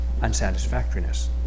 unsatisfactoriness